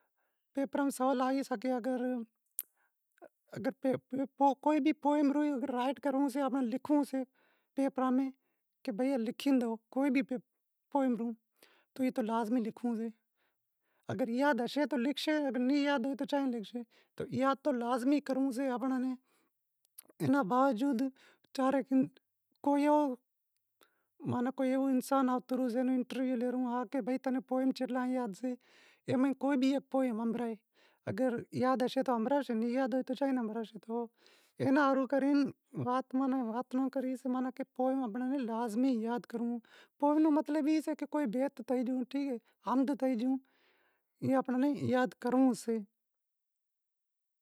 کوئی بھی پوئیم رائیٹ کرنڑو سے، کہ بھئی ای لکھی ڈیو تو ای لازمی لکھنڑو پڑشے۔ اگر یاد ہوشے تو لکھشاں اگر نیں یاد ہوشے تو چیاں لکھشاں، تو یاد تو لازمی کرنڑو سے، اینا باوجود، چارئے کوئی مانڑو تمارو انٹرویو لے کہ بھائی تمیں کتا پوئیم یاد سے اے میں کوئی بھی ہیک پوئیم ہنبھڑائو، اگر یاد ہوشے تو ہنبھڑاشے نیں یاد ہوشے تو چائیں ہنبھڑاشاں، اینا ہاروں آپاں نیں لامی یاد کنرنڑو سئے